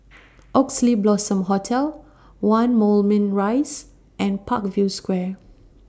Oxley Blossom Hotel one Moulmein Rise and Parkview Square